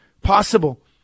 possible